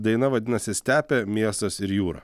daina vadinasi stepė miestas ir jūra